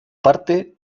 parte